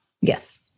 Yes